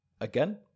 Again